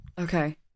Okay